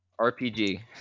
RPG